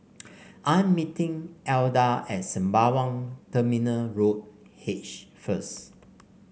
I am meeting Edla at Sembawang Terminal Road H first